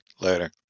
Later